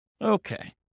Okay